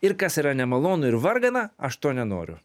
ir kas yra nemalonu ir vargana aš to nenoriu